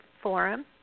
forum